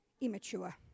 immature